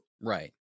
Right